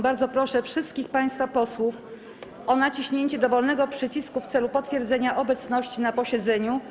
Bardzo proszę wszystkich państwa posłów o naciśnięcie dowolnego przycisku w celu potwierdzenia obecności na posiedzeniu.